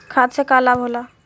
खाद्य से का लाभ होला?